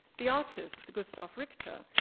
the artist, gustav richter,